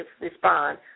respond